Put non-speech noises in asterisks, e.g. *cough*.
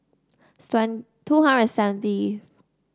*unintelligible* two hundred and seventy